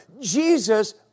Jesus